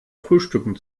frühstücken